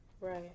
right